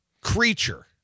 creature